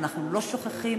שאנחנו לא שוכחים,